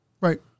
Right